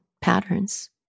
patterns